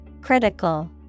Critical